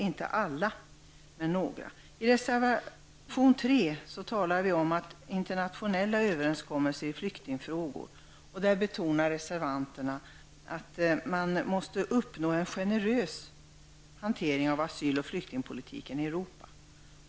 I reservation 3 talar vi om internationella överenskommelser i flyktingfrågor. Där betonar reservanterna att man måste uppnå en generös hantering av asyl och flyktingpolitiken i Europa.